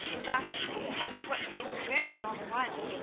lastly, after what seemed a very long while,